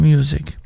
Music